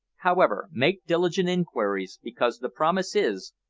however, make diligent inquiries, because the promise is,